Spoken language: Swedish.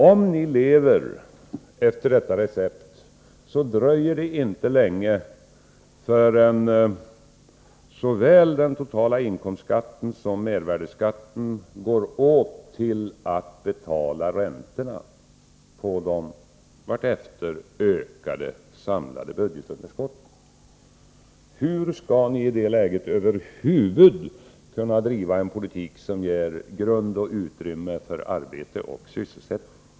Om ni lever efter detta recept dröjer det inte länge förrän såväl den totala inkomstskatten som mervärdeskatten går åt till att betala räntorna på de efter hand ökade samlade budgetunderskotten. Hur skall ni i det läget över huvud taget kunna driva en politik som ger grund och utrymme för arbete och sysselsättning?